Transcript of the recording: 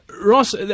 Ross